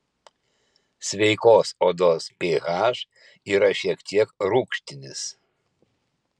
sveikos odos ph yra šiek tiek rūgštinis